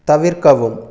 தவிர்க்கவும்